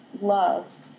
loves